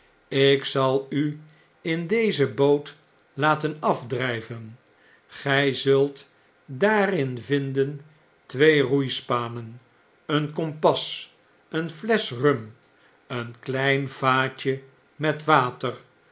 ik zal u in deze boot laten afdrgven gg zult daarin vinden twee roeispanen een kompas een flesch rum een klein vaatje met water